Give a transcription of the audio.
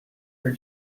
for